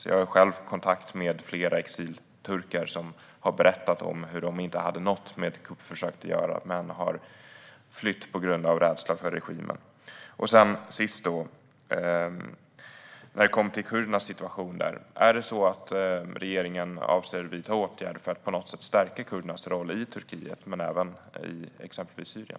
Jag har själv kontakt med flera exilturkar som har berättat att de inte hade något med kuppförsöket att göra men att de har flytt på grund av rädsla för regimen. När det gäller kurdernas situation, avser regeringen att vidta åtgärder för att på något sätt stärka kurdernas roll i Turkiet men även i exempelvis Syrien?